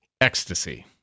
ecstasy